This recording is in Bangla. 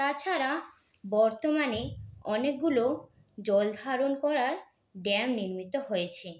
তাছাড়া বর্তমানে অনেকগুলো জল ধারণ করার ড্যাম নির্মিত হয়েছে